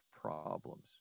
problems